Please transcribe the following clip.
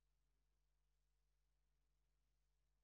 הודעה